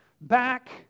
back